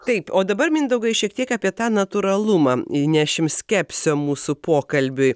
taip o dabar mindaugai šiek tiek apie tą natūralumą įnešim skepsio mūsų pokalbiui